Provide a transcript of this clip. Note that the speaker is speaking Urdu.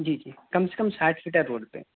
جی جی کم سے کم ساٹھ فٹا روڈ پہ